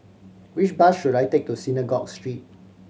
which bus should I take to Synagogue Street